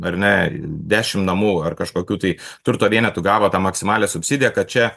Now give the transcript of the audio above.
ar ne dešim namų ar kažkokių tai turto vienetų gavo tą maksimalią subsidiją kad čia